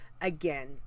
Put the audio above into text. Again